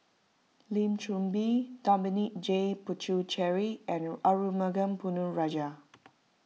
Lim Chor Pee Dominic J Puthucheary and Arumugam Ponnu Rajah